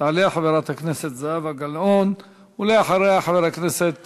תעלה חברת הכנסת זהבה גלאון, ואחריה, חבר הכנסת